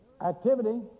activity